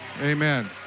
Amen